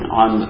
on